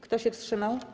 Kto się wstrzymał?